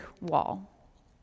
wall